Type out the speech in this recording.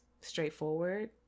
straightforward